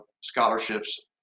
scholarships